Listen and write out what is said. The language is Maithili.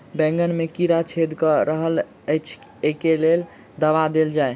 बैंगन मे कीड़ा छेद कऽ रहल एछ केँ दवा देल जाएँ?